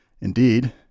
Indeed